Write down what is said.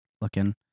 looking